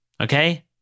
Okay